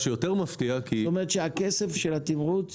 זאת אומרת שהכסף של התמרוץ